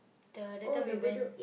the that time we went